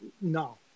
No